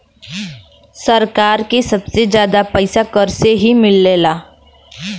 सरकार के सबसे जादा पइसा कर से ही मिलला